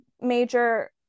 major